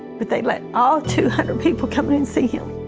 but they let all two hundred people come in and see him.